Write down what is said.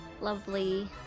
Lovely